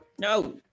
No